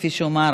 כפי הוא אמר,